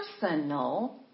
personal